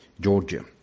Georgia